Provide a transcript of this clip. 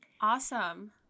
Awesome